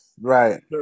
right